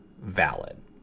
valid